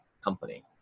company